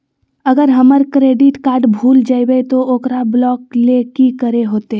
अगर हमर credit card भूल जइबे तो ओकरा ब्लॉक लें कि करे होते?